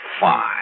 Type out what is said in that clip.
fine